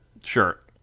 Sure